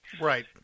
Right